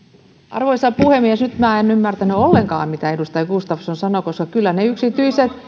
arvoisa puhemies nyt minä en ymmärtänyt ollenkaan mitä edustaja gustafsson sanoi koska kyllä yksityiset